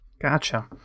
Gotcha